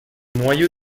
noyau